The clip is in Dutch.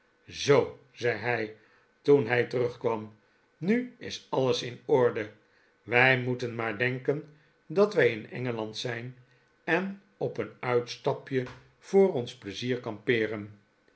zoo zei hij toen hij terugkwam nu is alles in orde wij moeten iftaar denken dat wij in engeland zijn en op een uitstapje voor ons pleizier kampeeren